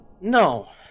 No